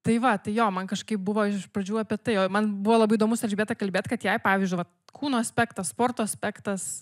tai va tai jo man kažkaip buvo iš pradžių apie tai o man buvo labai įdomus elžbieta kalbėt kad jei pavyzdžiui vat kūno aspektas sporto aspektas